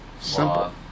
Simple